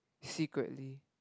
secretly